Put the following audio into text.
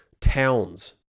Towns